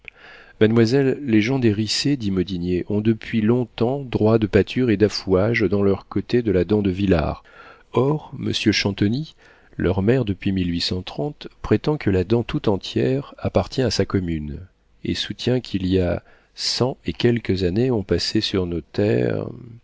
mademoiselle les gens des riceys dit modinier ont depuis longtemps droit de pâture et d'affouage dans leur côté de la dent de vilard or monsieur chantonnit leur maire depuis prétend que la dent tout entière appartient à sa commune et soutient qu'il y a cent et quelques années on passait sur nos terres